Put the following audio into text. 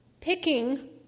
picking